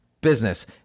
business